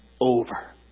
over